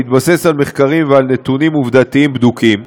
שהתבסס על מחקרים ועל נתונים עובדתיים בדוקים,